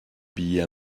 billets